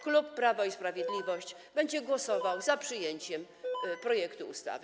Klub Prawo i Sprawiedliwość będzie głosował za przyjęciem projektu ustawy.